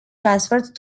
transferred